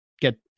get